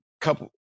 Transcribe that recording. couple